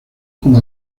como